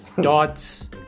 Dots